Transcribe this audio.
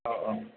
औ औ